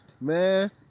Man